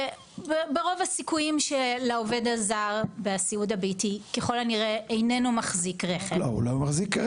וברוב הסיכויים שלעובד הזר בסיעוד הביתי ככל הנראה איננו מחזיק רכב.